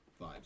vibes